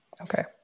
Okay